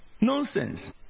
Nonsense